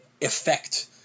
effect